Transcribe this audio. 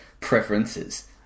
preferences